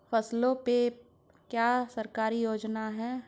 फसलों पे क्या सरकारी योजना है?